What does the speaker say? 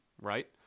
right